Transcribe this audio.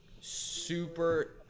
super